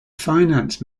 finance